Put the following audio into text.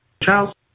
Charles